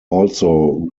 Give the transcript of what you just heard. also